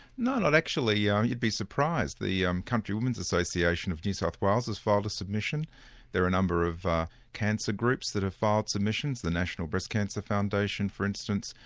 not not actually yeah you'd be surprised. the um country women's association of new south wales has filed a submission there are a number of cancer groups that have filed submissions the national breast cancer foundation for instance,